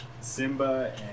Simba